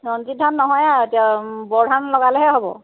ৰঞ্জিতধান নহয় আৰু এতিয়া বৰধান লগালেহে হ'ব